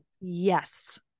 yes